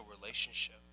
relationship